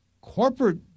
corporate